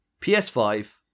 PS5